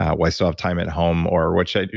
while i still have time at home? or what should i do,